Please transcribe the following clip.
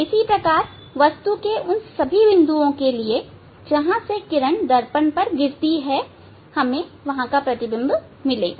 इसी प्रकार वस्तु के उन सभी बिंदुओं से जहां से किरण दर्पण पर गिरती है हमें प्रतिबिंब मिलेगा